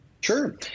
Sure